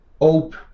Hope